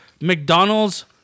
McDonald's